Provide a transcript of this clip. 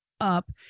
up